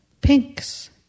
pinks